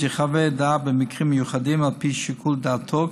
יחווה דעה במקרים מיוחדים על פי שיקול דעתו,